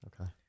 okay